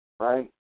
right